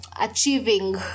achieving